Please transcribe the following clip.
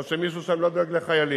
או שמישהו שם לא דואג לחיילים.